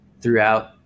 throughout